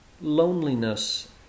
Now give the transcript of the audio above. Loneliness